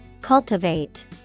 Cultivate